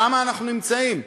שם אנחנו נמצאים.